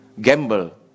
gamble